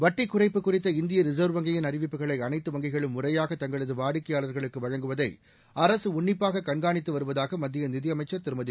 வட்டி குறைப்பு குறித்த இந்திய ரிசர்வ் வங்கியின் அறிவிப்புகளை அனைத்து வங்கிகளும் முறையாக தங்களது வாடிக்கையாளர்களுக்கு வழங்குவதை அரசு உன்னிப்பாக கண்காணித்து வருவதாக மத்திய நிதியமைச்சர் திருமதி